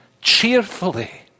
Cheerfully